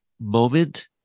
moment